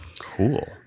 Cool